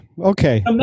okay